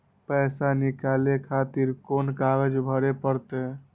पैसा नीकाले खातिर कोन कागज भरे परतें?